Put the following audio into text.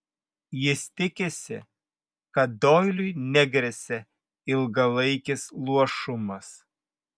jis tikisi kad doiliui negresia ilgalaikis luošumas